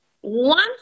one